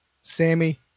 Sammy